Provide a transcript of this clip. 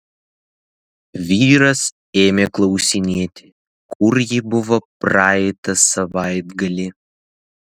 vyras ėmė klausinėti kur ji buvo praeitą savaitgalį